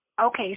Okay